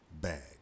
Bag